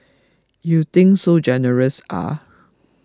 you think so generous ah